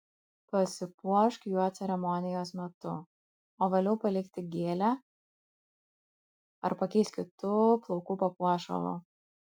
pasipuošk juo ceremonijos metu o vėliau palik tik gėlę ar pakeisk kitu plaukų papuošalu